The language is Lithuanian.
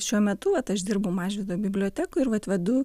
šiuo metu vat aš dirbu mažvydo bibliotekoj ir vat vedu